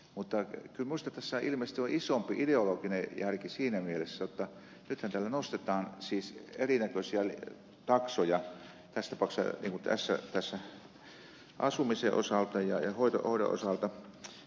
mutta kyllä minusta tässä ilmeisesti on isompi ideologinen järki siinä mielessä jotta nythän tällä nostetaan siis erinäköisiä taksoja tässä tapauksessa asumisen osalta ja vanhustenhoidon osalta